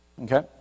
Okay